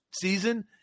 season